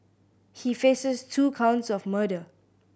he faces two counts of murder